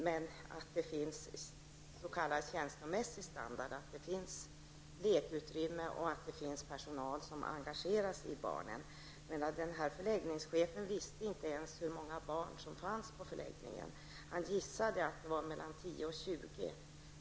Det måste finnas s.k. känslomässig standard, lekutrymme och personal som engagerar sig för barnen. Förläggningschefen visste inte ens hur många barn som fanns i förläggningen. Han gissade att det var mellan 10 och 20.